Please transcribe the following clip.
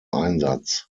einsatz